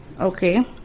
Okay